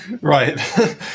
Right